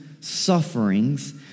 sufferings